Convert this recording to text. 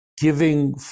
giving